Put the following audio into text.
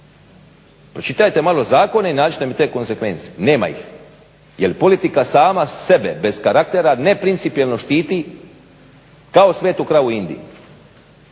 Pročitajte malo zakone i nađite mi te konzekvence. Nema ih. Jer politika sama sebe bez karaktera neprincipijelno štiti kao svetu kravu u Indiji.